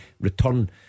return